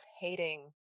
hating